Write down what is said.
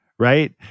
Right